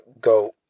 go